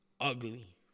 ugly